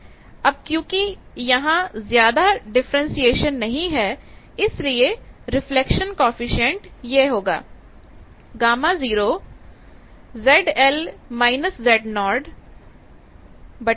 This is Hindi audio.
अब क्योंकि यहां ज्यादा डिफ्रेंटिएशन नहीं है इसलिए रिफ्लेक्शन कॉएफिशिएंट यह होगा